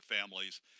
families